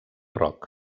rock